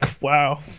Wow